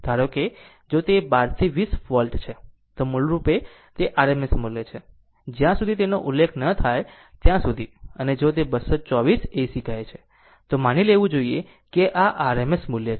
ધારો કે જો તે 12 થી 20 વોલ્ટ છે તો મૂળરૂપે તે RMS મૂલ્ય છે જ્યાં સુધી તેનો ઉલ્લેખ ન થાય ત્યાં સુધી અને જો તે 224 AC કહે છે તો માની લેવું જોઈએ કે આ RMS મૂલ્ય છે